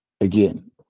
again